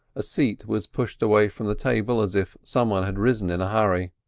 a seat was pushed away from the table as if someone had risen in a hurry.